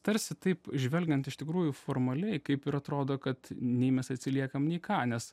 tarsi taip žvelgiant iš tikrųjų formaliai kaip ir atrodo kad nei mes atsiliekam nei ką nes